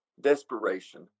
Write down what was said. desperation